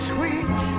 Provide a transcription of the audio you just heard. Sweet